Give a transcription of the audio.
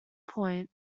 point